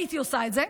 הייתי עושה את זה.